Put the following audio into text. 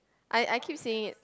I I keep saying it